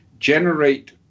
generate